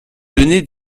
donnaient